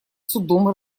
судом